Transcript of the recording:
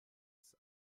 ist